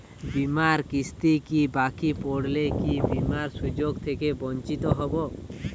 বিমার কিস্তি বাকি পড়লে কি বিমার সুযোগ থেকে বঞ্চিত হবো?